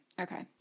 Okay